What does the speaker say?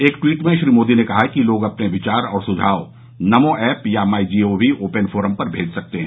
एक ट्वीट में श्री मोदी ने कहा कि लोग अपने विचार और सुझाव नमो ऐप या माई जीओवी ओपन फोरम पर मेज सकते हैं